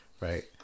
right